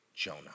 Jonah